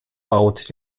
baut